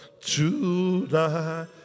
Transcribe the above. tonight